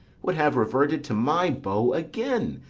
would have reverted to my bow again,